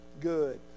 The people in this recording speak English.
good